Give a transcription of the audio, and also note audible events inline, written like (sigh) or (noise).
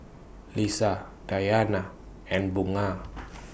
Lisa Dayana and Bunga (noise)